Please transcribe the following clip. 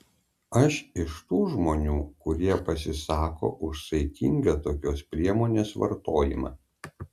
aš iš tų žmonių kurie pasisako už saikingą tokios priemonės vartojimą